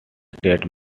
state